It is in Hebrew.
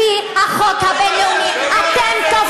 לפי החוק הבין-לאומי אתם כובשים.